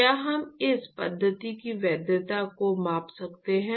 क्या हम इस पद्धति की वैधता को माप सकते हैं